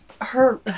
Her-